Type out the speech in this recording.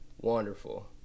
wonderful